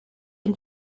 ein